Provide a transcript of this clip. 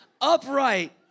upright